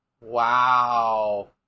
Wow